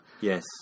Yes